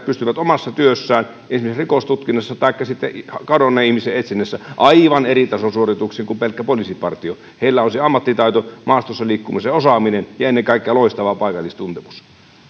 pystyvät omassa työssään esimerkiksi rikostutkinnassa taikka sitten kadonneen ihmisen etsinnässä aivan eri tason suorituksiin kuin pelkkä poliisipartio heillä on se ammattitaito maastossa liikkumisen osaaminen ja ennen kaikkea loistava paikallistuntemus